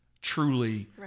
truly